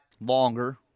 longer